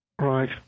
Right